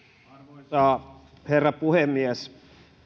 arvoisa herra puhemies